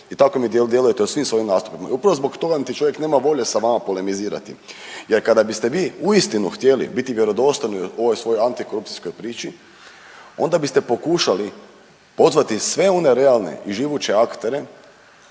i tako mi djelujete u svim svojim nastupima. I upravo zbog toga niti čovjek nema volje sa vama polemizirati jer kada biste vi uistinu htjeli biti vjerodostojni u ovoj svojoj antikorupcijskoj priči onda biste pokušali pozvati sve one realne i živuće aktere